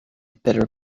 bitter